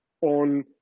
on